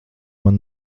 man